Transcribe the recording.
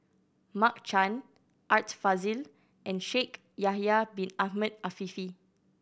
Mark Chan Art Fazil and Shaikh Yahya Bin Ahmed Afifi